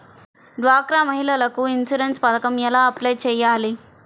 డ్వాక్రా మహిళలకు ఇన్సూరెన్స్ పథకం ఎలా అప్లై చెయ్యాలి?